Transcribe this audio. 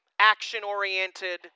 action-oriented